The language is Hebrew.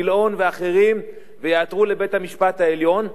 גילאון ואחרים ויעתרו לבית-המשפט העליון.